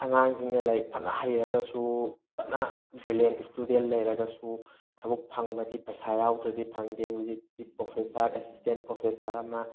ꯑꯉꯥꯡꯁꯤꯡꯅ ꯂꯥꯏꯔꯤꯛ ꯐꯅꯥ ꯍꯩꯔꯒꯁꯨ ꯐꯅꯥ ꯕ꯭ꯔꯤꯂꯦꯟ ꯁ꯭ꯇꯨꯗꯦꯟ ꯂꯩꯔꯒꯁꯨ ꯊꯕꯛ ꯐꯪꯕꯗꯤ ꯄꯩꯁꯥ ꯌꯥꯎꯗ꯭ꯔꯗꯤ ꯐꯪꯗꯦ ꯍꯧꯖꯤꯛꯇꯤ ꯄ꯭ꯔꯣꯐꯦꯁꯥꯔ ꯑꯦꯁꯤꯁꯇꯦꯟ ꯄ꯭ꯔꯣꯐꯦꯁꯥꯔ ꯑꯃ